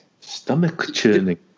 Stomach-churning